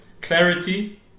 clarity